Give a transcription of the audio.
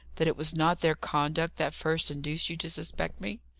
that it was not their conduct that first induced you to suspect me?